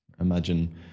Imagine